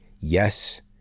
Yes